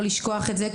לא לשכוח את זה,